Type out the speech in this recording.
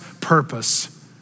purpose